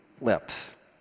lips